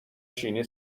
چینی